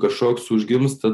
kažkoks užgimsta